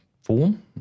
form